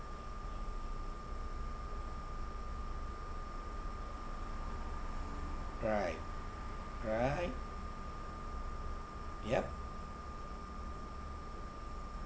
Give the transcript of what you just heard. right right yup